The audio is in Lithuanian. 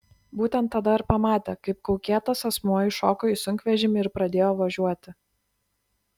būtent tada ir pamatė kaip kaukėtas asmuo įšoko į sunkvežimį ir pradėjo važiuoti